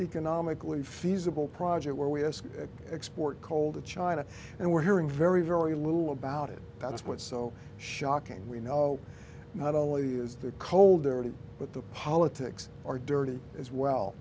economically feasible project where we ask export coal to china and we're hearing very very little about it that's what's so shocking we know not only is that cold early but the politics are dirty as well